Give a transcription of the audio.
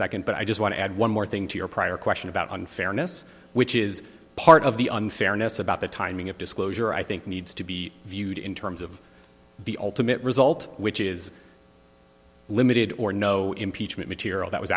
second but i just want to add one more thing to your prior question about unfairness which is part of the unfairness about the timing of disclosure i think needs to be viewed in terms of the ultimate result which is limited or no impeachment material that was